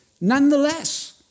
Nonetheless